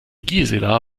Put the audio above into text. gisela